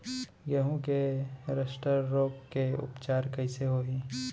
गेहूँ के रस्ट रोग के उपचार कइसे होही?